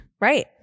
Right